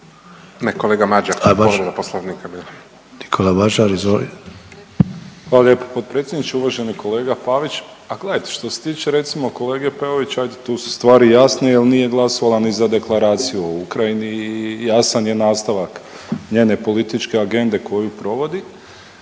Nikola Mažar izvoli. **Mažar, Nikola (HDZ)** Hvala lijepo potpredsjedniče. Uvaženi kolega Pavić, a gledajte što se tiče recimo kolege Peović ajd tu su stvari jasnije jel nije glasovala i za Deklaraciju o Ukrajini i jasan je nastavak njene političke agende koju provodi.